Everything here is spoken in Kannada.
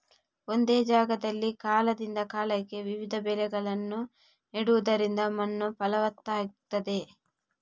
ಒಂದೇ ಜಾಗದಲ್ಲಿ ಕಾಲದಿಂದ ಕಾಲಕ್ಕೆ ವಿವಿಧ ಬೆಳೆಗಳನ್ನ ನೆಡುದರಿಂದ ಮಣ್ಣು ಫಲವತ್ತಾಗ್ತದೆ